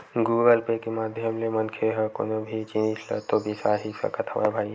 Google Pay के माधियम ले मनखे ह कोनो भी जिनिस ल तो बिसा ही सकत हवय भई